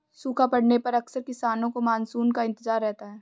सूखा पड़ने पर अक्सर किसानों को मानसून का इंतजार रहता है